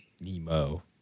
Nemo